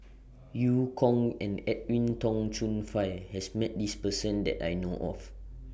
EU Kong and Edwin Tong Chun Fai has Met This Person that I know of